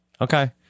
Okay